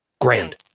grand